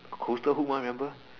costal hook mah remember